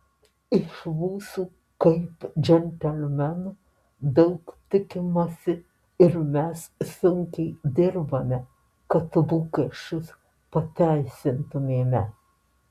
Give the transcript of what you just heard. iš mūsų kaip džentelmenų daug tikimasi ir mes sunkiai dirbame kad lūkesčius pateisintumėme